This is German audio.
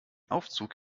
aufzug